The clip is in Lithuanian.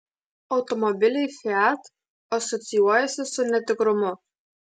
automobiliai fiat asocijuojasi su netikrumu